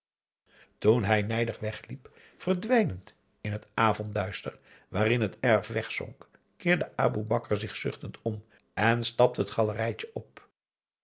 toen hij nijdig wegliep verdwijnend in het avondduister waarin het erf wegzonk keerde aboe bakar zich zuchtend om en stapte het galerijtje op